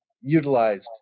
utilized